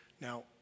Now